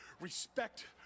Respect